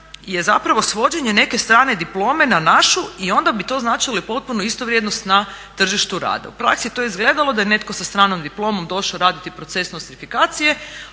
je zapravo svođenje neke strane diplome na našu i onda bi to značilo i potpunu istovrijednost na tržištu rada. U praksi je to izgledalo da je netko sa stranom diplomom došao raditi proces nostrifikacije,